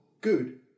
good